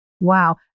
Wow